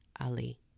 Ali